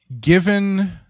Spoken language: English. given